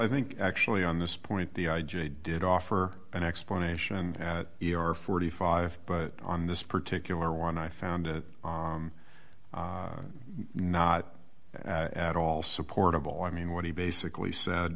i think actually on this point the i g did offer an explanation and your forty five but on this particular one i found it not at all supportable i mean what he basically said